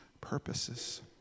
purposes